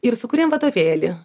ir sukūrėm vadovėlį